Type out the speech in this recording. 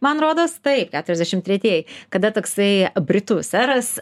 man rodos taip keturiasdešim tretieji kada toksai britų seras